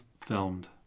filmed